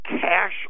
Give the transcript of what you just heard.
Cash